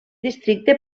districte